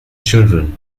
children